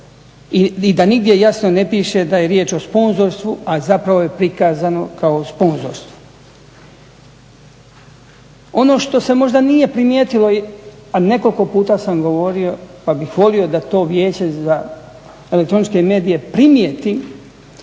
i da nigdje jasno ne piše da je riječ o sponzorstvu, a zapravo je prikazano kao sponzorstvo. Ono što se možda nije primijetilo, a nekoliko puta sam govorio pa bih volio da to vijeće za elektroničke medije primijeti